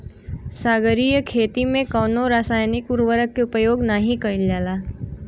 सागरीय खेती में कवनो रासायनिक उर्वरक के उपयोग नाही कईल जाला